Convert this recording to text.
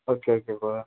okay okay bro